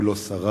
והוא לא שרד.